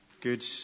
Good